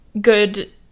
good